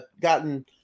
gotten